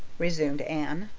resumed anne,